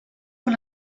con